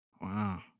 wow